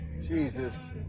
Jesus